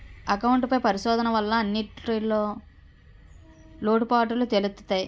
account పై పరిశోధన వల్ల అన్నింటిన్లో లోటుపాటులు తెలుత్తయి